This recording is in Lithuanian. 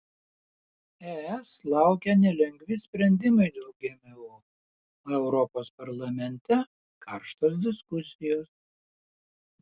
es laukia nelengvi sprendimai dėl gmo o europos parlamente karštos diskusijos